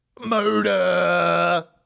murder